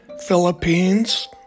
Philippines